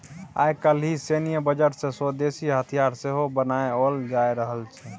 आय काल्हि सैन्य बजट सँ स्वदेशी हथियार सेहो बनाओल जा रहल छै